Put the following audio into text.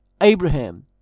Abraham